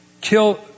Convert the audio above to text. kill